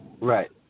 Right